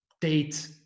date